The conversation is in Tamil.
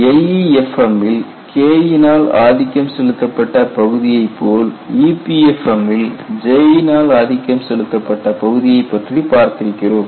LEFM ல் K னால்ஆதிக்கம் செலுத்தப்பட்ட பகுதியை போல் EPFM ல் J னால் ஆதிக்கம் செலுத்தப்பட்ட பகுதியை பற்றி பார்த்திருக்கிறோம்